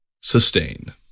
sustain